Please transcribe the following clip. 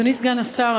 אדוני סגן השר,